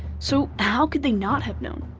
so how could they not have known?